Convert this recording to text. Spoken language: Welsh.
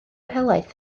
helaeth